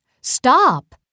Stop